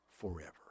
forever